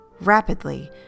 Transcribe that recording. Rapidly